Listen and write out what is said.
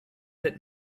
let